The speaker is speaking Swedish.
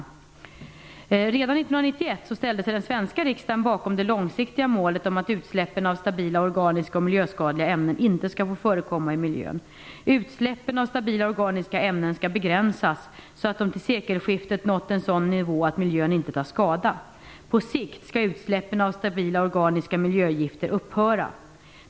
Redan 1991 ställde sig den svenska riksdagen bakom det långsiktiga målet om att utsläppen av stabila organiska och miljöskadliga ämnen inte skall få förekomma i miljön. Utsläppen av stabila organiska ämnen skall begränsas så att de till sekelskiftet nått en sådan nivå att miljön inte tar skada. På sikt skall utsläppen av stabila organiska miljögifter upphöra.